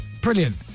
Brilliant